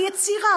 ויצירה,